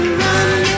run